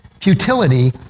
futility